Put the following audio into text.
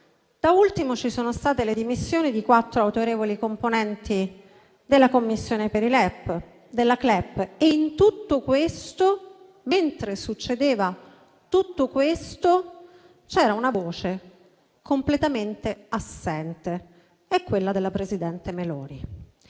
Da ultimo ci sono state le dimissioni di quattro autorevoli componenti del comitato per i LEP, il CLEP. Mentre succedeva tutto questo, c'era una voce completamente assente: quella della presidente Meloni.